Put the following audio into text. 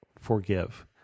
forgive